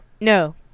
No